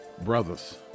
brothers